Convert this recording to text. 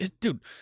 Dude